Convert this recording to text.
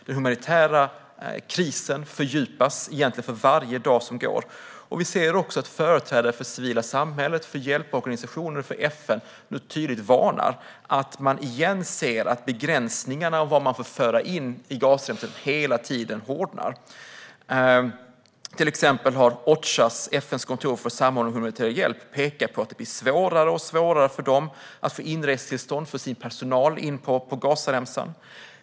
Den humanitära krisen fördjupas, egentligen för varje dag som går, och vi ser att företrädare för det civila samhället, hjälporganisationer och FN nu tydligt varnar för att man återigen ser att begränsningarna av vad man får föra in på Gazaremsan hela tiden hårdnar. Till exempel har Ocha, det vill säga FN:s kontor för samordning av humanitär hjälp, pekat på att det blir svårare och svårare för dem att få inresetillstånd till Gazaremsan för sin personal.